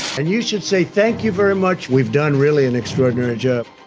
and you should say thank you very much! we've done really an extraordinary job.